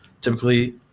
Typically